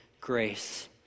grace